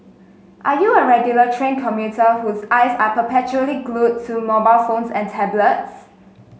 are you a regular train commuter whose eyes are perpetually glued to mobile phones and tablets